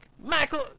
Michael